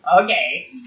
okay